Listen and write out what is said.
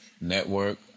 Network